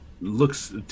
looks